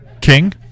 King